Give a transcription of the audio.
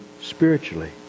spiritually